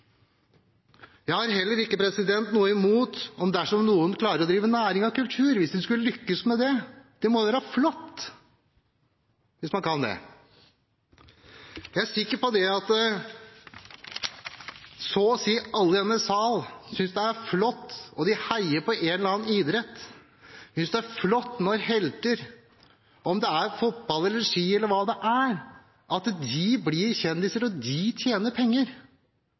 Jeg har heller ikke noe imot det dersom noen klarer å drive næring av kultur, hvis en skulle lykkes med det. Det må være flott hvis man kan det. Jeg er sikker på at så å si alle i denne sal heier på en eller annen idrett, og synes det er flott når helter – om det er fotball eller ski eller hva det er – blir kjendiser og tjener penger.